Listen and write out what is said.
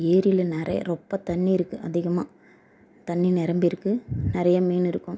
ஏரியில் நிறைய ரொப்ப தண்ணி இருக்கு அதிகமாக தண்ணி நிரம்பி இருக்கு நிறைய மீன் இருக்கும்